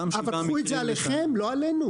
אבל קחו את זה עליכם ולא עלינו.